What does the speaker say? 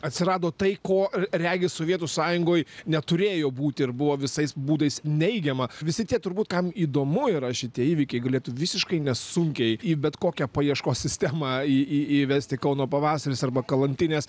atsirado tai ko regis sovietų sąjungoj neturėjo būti ir buvo visais būdais neigiama visi tie turbūt kam įdomu yra šitie įvykiai galėtų visiškai nesunkiai į bet kokią paieškos sistemą į įvesti kauno pavasaris arba kalantinės